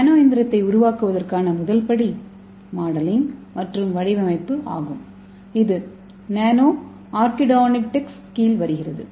நானோ இயந்திரத்தை உருவாக்குவதற்கான முதல் படி மாடலிங் மற்றும் வடிவமைப்பு ஆகும் இது நானோஆர்க்கிடெக்டோனிக்ஸ் கீழ் வருகிறது